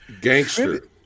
Gangster